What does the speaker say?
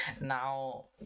Now